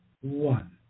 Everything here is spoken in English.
One